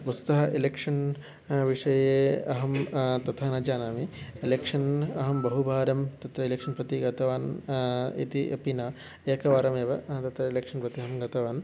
वस्तुतः एलेक्षन् विषये अहं तथा न जानामि एलेक्षन् अहं बहुवारं तत्र एलेक्षन् प्रति गतवान् इति अपि न एकवारमेव तत्र एलेक्षन् कृते अहं गतवान्